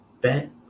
bet